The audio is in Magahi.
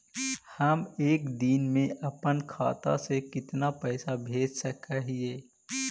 हम एक दिन में अपन खाता से कितना पैसा भेज सक हिय?